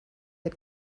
had